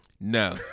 No